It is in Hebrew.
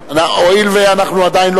אחיד,